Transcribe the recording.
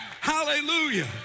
Hallelujah